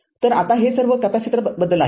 तर आता हे सर्व कॅपेसिटर बद्दल आहे